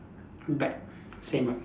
back same right